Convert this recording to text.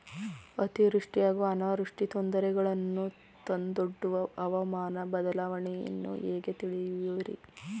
ಅತಿವೃಷ್ಟಿ ಹಾಗೂ ಅನಾವೃಷ್ಟಿ ತೊಂದರೆಗಳನ್ನು ತಂದೊಡ್ಡುವ ಹವಾಮಾನ ಬದಲಾವಣೆಯನ್ನು ಹೇಗೆ ತಿಳಿಯುವಿರಿ?